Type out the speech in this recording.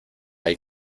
hay